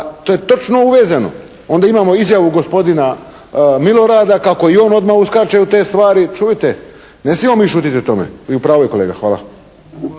to je točno uvezeno. Onda imamo izjavu gospodina Milorada kako i on odmah uskače u te stvari. Čujte, ne smijemo mi šutjeti o tome i u pravu je kolega. Hvala.